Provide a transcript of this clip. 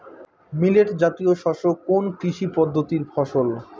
Millet জাতীয় শস্য কোন কৃষি পদ্ধতির ফসল?